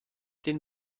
den